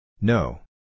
No